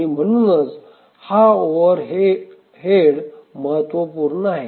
म्हणूनच हे ओव्हरहेड महत्त्वपूर्ण आहे